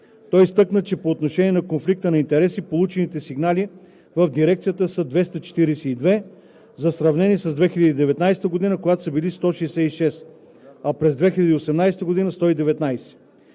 Той изтъкна, че по отношение на конфликта на интереси, получените сигнали в Дирекцията са 242, за сравнение с 2019 г., когато са били 166, а през 2018 г. – 119.